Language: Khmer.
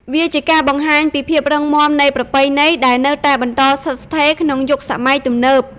វាជាការបង្ហាញពី ភាពរឹងមាំនៃប្រពៃណី ដែលនៅតែបន្តស្ថិតស្ថេរក្នុងយុគសម័យទំនើប។